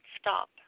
stop